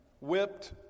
whipped